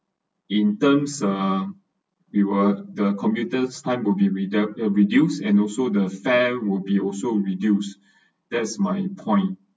in terms uh we will the commuters time will be redu~ uh reduced and also the fare will be also reduce that is my point